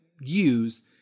use